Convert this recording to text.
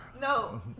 No